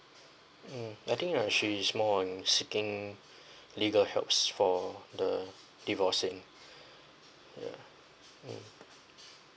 um I think uh she is more on seeking legal helps for the divorcing ya um